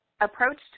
approached